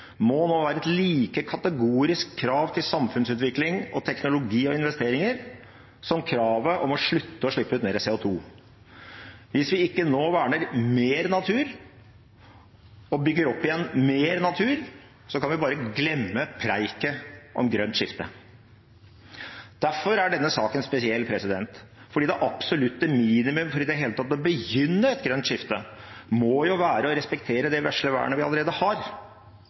må være et like kategorisk krav til samfunnsutvikling og teknologi og investeringer som kravet om å slutte å slippe ut mer CO 2 . Hvis vi ikke nå verner mer natur og bygger opp igjen mer natur, kan vi bare glemme «preiket» om grønt skifte. Derfor er denne saken spesiell, for det absolutte minimum for i det hele tatt å begynne et grønt skifte må være å respektere det vesle vernet vi allerede har.